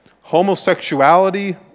homosexuality